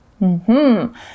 -hmm